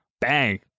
bang